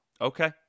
Okay